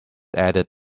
added